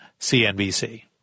CNBC